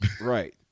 Right